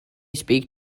speak